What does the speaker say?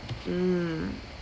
mm